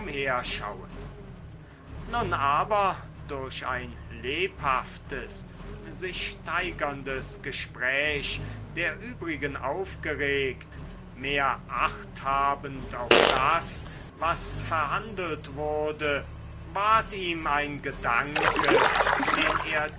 umherschauen nun aber durch ein lebhaftes sich steigerndes gespräch der übrigen aufgeregt mehr acht habend auf das was verhandelt wurde ward ihm ein gedanke den er